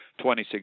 26